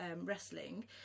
wrestling